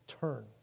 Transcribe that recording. turn